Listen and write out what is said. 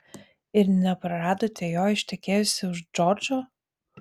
ir nepraradote jo ištekėjusi už džordžo